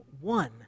one